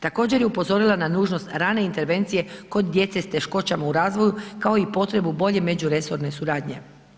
Također je upozorila na nužnost rane intervencije kod djece u teškoćama u razvoju, kao i potrebu bolje međuresorne suradnje.